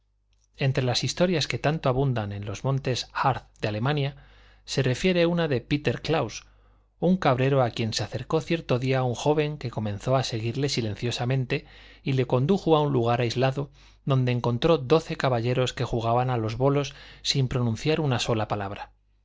entre las historias que tanto abundan en los montes harz de alemania se refiere una de péter klaus un cabrero a quien se acercó cierto día un joven que comenzó a seguirle silenciosamente y le condujo a un lugar aislado donde encontró doce caballeros que jugaban a los bolos sin pronunciar una sola palabra